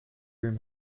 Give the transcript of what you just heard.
room